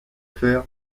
faire